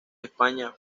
españa